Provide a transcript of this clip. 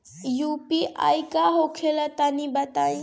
इ यू.पी.आई का होला तनि बताईं?